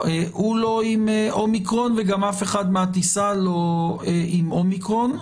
הוא לא עם אומיקרון וגם אף אחד מהטיסה לא עם אומיקרון,